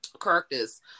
characters